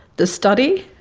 the study,